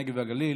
הנגב והגליל